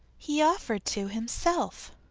he offered to, himself.